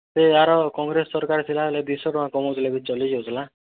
ସେ ଆର କଂଗ୍ରେସ ସରକାର୍ ଥିଲା ହେଲେ ଦୁଇଶହ ଟଙ୍କା କମାଉଥିଲେ ବି ଚଲିଯାଉଥିଲା